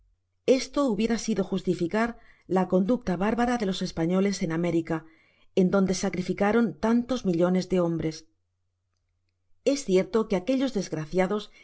esto hubiera sido justificar la conducta bárbara de los españoles en américa en donde sacrificaron tantos millones de hombres es cierto que aquellos desgraciados estaban dedicados á